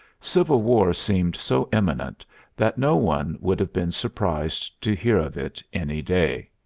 civil war seemed so imminent that no one would have been surprised to hear of it any day.